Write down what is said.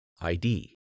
ID